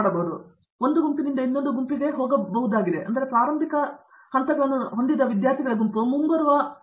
ಅದು ಗುಂಪಿನ ಒಂದೆರಡು ಪ್ರಾರಂಭಿಕ ಹಂತಗಳನ್ನು ಹೊಂದಿದ ವಿದ್ಯಾರ್ಥಿಗಳ ಗುಂಪು ಮುಂಬರುವವು